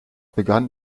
begann